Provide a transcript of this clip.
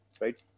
right